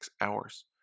hours